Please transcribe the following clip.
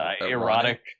erotic